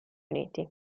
uniti